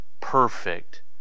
Perfect